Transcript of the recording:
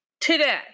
today